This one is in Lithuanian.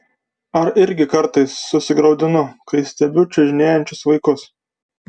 ar irgi kartais susigraudinu kai stebiu čiužinėjančius vaikus